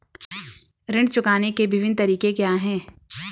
ऋण चुकाने के विभिन्न तरीके क्या हैं?